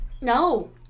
No